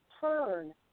turn